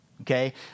okay